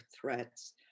threats